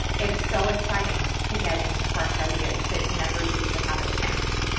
it's so exciting to get in fresh ideas that never used to have a chance.